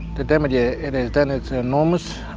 the damage yeah it has done is enormous.